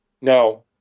No